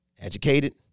educated